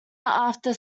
after